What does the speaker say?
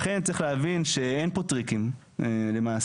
לכן צריך להבין שאין פה טריקים למעשה.